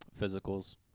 physicals